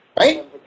right